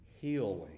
healing